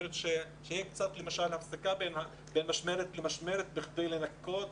שלמשל תהיה הפסקה בין משמרת למשמרת כדי לנקות